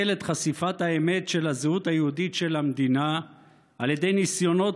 את חשיפת האמת של הזהות היהודית של המדינה על ידי ניסיונות